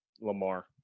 Lamar